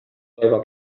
toivo